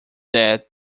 that